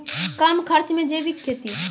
कम खर्च मे जैविक खेती?